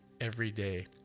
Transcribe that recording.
everyday